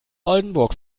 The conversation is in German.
oldenburg